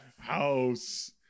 house